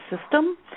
system